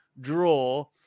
draw